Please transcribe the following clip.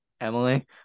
Emily